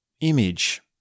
image